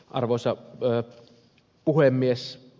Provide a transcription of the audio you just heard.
arvoisa puhemies